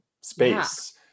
space